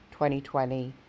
2020